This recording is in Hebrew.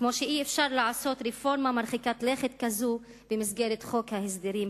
כמו שאי-אפשר לעשות רפורמה מרחיקה לכת כזו במסגרת חוק ההסדרים,